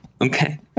okay